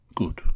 good